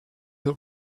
will